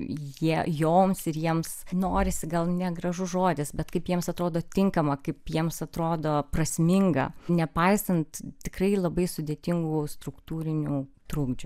jie joms ir jiems norisi gal negražus žodis bet kaip jiems atrodo tinkama kaip jiems atrodo prasminga nepaisant tikrai labai sudėtingų struktūrinių trukdžių